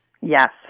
Yes